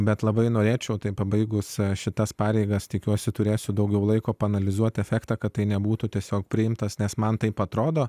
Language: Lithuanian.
bet labai norėčiau tai pabaigus šitas pareigas tikiuosi turėsiu daugiau laiko paanalizuot efektą kad tai nebūtų tiesiog priimtas nes man taip atrodo